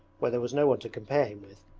where there was no one to compare him with,